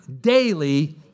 daily